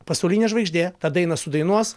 pasaulinė žvaigždė tą dainą sudainuos